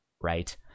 right